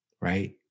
right